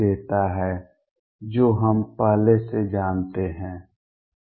देता है जो हम पहले से जानते हैं